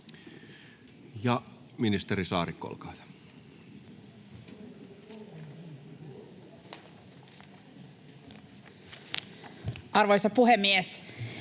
Ja ministeri Saarikko, olkaa hyvä. Arvoisa puhemies!